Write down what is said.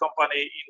company